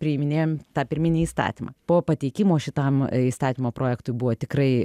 priiminėjam tą pirminį įstatymą po pateikimo šitam įstatymo projektui buvo tikrai